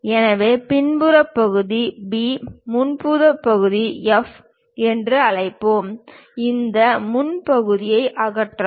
எனவே பின்புற பகுதி B முன் பக்க பகுதி F என்று அழைப்போம் இந்த முன் பக்க பகுதியை அகற்றவும்